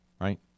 right